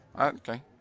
Okay